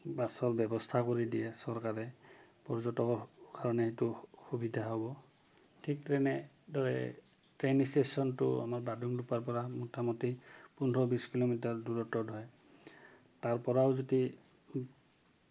বাছৰ ব্যৱস্থা কৰি দিয়ে চৰকাৰে পৰ্যটকৰ কাৰণে সেইটো সুবিধা হ'ব ঠিক তেনেদৰে ট্ৰেইন ষ্টেশ্যনটো আমাৰ বাডুংদুপ্পাৰ পৰা মোটামুটি পোন্ধৰ বিছ কিলোমিটাৰ দূৰত্বত হয় তাৰপৰাও যদি